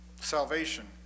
salvation